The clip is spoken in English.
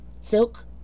silk